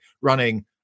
running